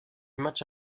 match